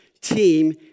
Team